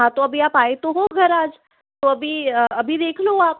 हाँ तो अभी आप आए तो हो घर आज तो अभी अभी देख लो आप